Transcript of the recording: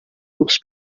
grups